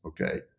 Okay